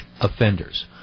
offenders